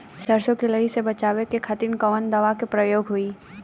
सरसो के लही से बचावे के खातिर कवन दवा के प्रयोग होई?